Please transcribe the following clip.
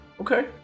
okay